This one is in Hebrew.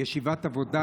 ישיבת עבודה,